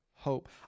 Hope